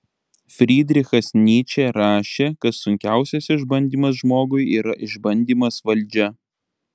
frydrichas nyčė rašė kad sunkiausias išbandymas žmogui yra išbandymas valdžia